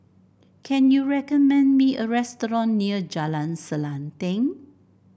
can you recommend me a restaurant near Jalan Selanting